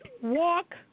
walk